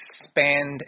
expand